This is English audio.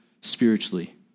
spiritually